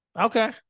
okay